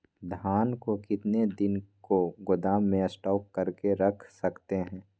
धान को कितने दिन को गोदाम में स्टॉक करके रख सकते हैँ?